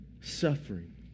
suffering